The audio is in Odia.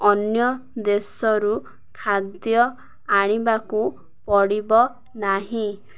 ଅନ୍ୟ ଦେଶରୁ ଖାଦ୍ୟ ଆଣିବାକୁ ପଡ଼ିବ ନାହିଁ